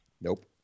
Nope